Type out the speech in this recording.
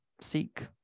seek